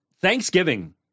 Thanksgiving